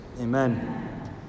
amen